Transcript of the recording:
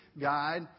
guide